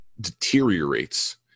deteriorates